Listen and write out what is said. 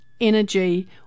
energy